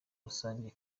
rusangi